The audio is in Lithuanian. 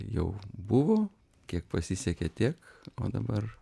jau buvo kiek pasisekė tiek o dabar